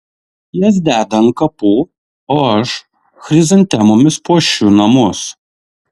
jas deda ant kapų o aš chrizantemomis puošiu namus